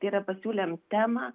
tai yra pasiūlėm temą